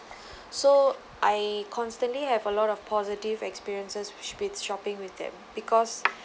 so I constantly have a lot of positive experiences w~ with shopping with them because